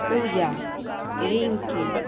Puja Rinki